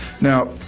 Now